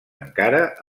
encara